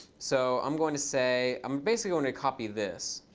so i'm going to say i'm basically going to copy this